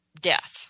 death